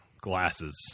glasses